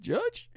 Judge